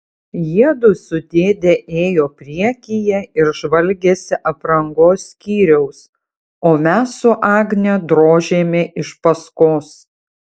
jiedu su dėde ėjo priekyje ir žvalgėsi aprangos skyriaus o mes su agne drožėme iš paskos